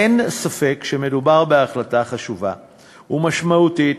אין ספק שמדובר בהחלטה חשובה ומשמעותית,